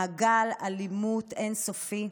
מעגל אלימות אין-סופי.